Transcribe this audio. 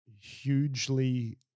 hugely